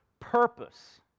purpose